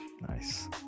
nice